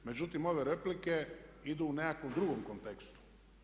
Međutim, ove replike idu u nekakvom drugom kontekstu.